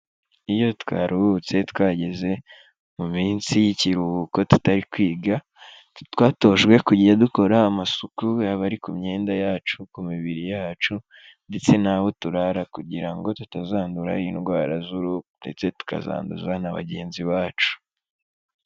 Iyo twaruhutse twageze mu minsi y'ikiruhuko tutari kwiga, twatojwe kujya dukora amasuku yaba ari ku myenda yacu, ku mibiri yacu ndetse n'aho turara kugira ngo tutazandura indwara z'uruhu ndetse tukazanduza na bagenzi bacu.